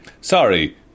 Sorry